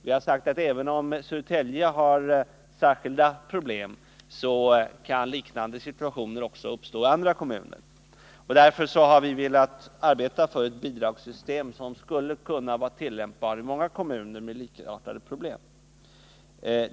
Vi har sagt att även om Södertälje har särskilda problem, så kan liknande situationer uppstå också i andra kommuner. Därför har vi velat arbeta för ett bidragssystem som skulle kunna vara tillämpbart i många kommuner med likartade problem.